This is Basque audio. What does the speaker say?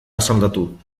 asaldatu